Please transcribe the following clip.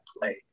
play